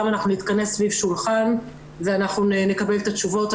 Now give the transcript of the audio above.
אנחנו נתכנס סביב שולחן ונקבל את התשובות.